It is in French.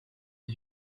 des